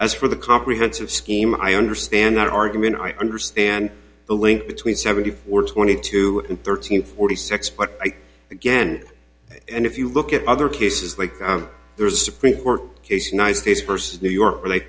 as for the comprehensive scheme i understand that argument i understand the link between seventy four twenty two and thirteen forty six but again and if you look at other cases like there is a supreme court case united states versus new york